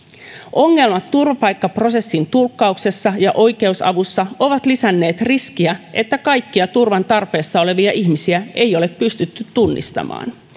ongelmat turvapaikkaprosessin tulkkauksessa ja oikeusavussa ovat lisänneet riskiä että kaikkia turvan tarpeessa olevia ihmisiä ei ole pystytty tunnistamaan